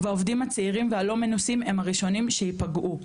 והעובדים הצעירים והלא מנוסים הם הראשונים שיפגעו.